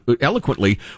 eloquently